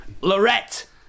Lorette